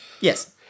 Yes